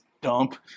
dump